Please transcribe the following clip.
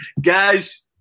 Guys